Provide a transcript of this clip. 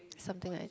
something like